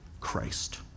Christ